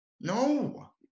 No